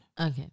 Okay